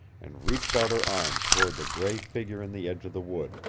and reached out her arms toward the gray figure in the edge of the wood,